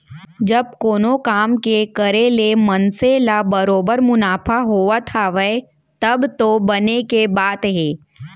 जब कोनो काम के करे ले मनसे ल बरोबर मुनाफा होवत हावय तब तो बने के बात हे